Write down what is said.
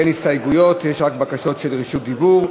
אין הסתייגויות, יש רק בקשות רשות דיבור.